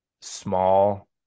small